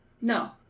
No